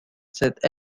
said